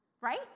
right